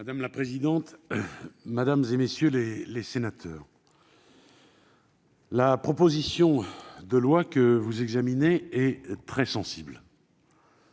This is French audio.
Madame la présidente, mesdames, messieurs les sénateurs, la proposition de loi que vous examinez porte sur